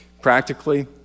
Practically